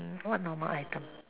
mm what normal item